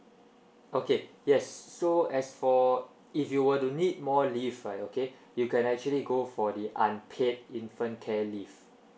okay yes so as for if you will to need more leave right okay you can actually go for the unpaid infant care leave